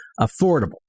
affordable